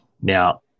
Now